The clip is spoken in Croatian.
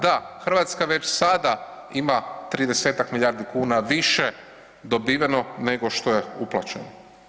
Da, Hrvatska već sada ima 30-ak milijardi kuna više dobiveno nego što je uplaćeno.